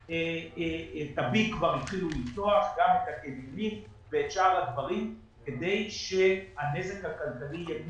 את ה-ביג כבר התחילו לפתוח ואת שאר הדברים כדי שהנזק הכלכלי יהיה קטן,